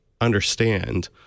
understand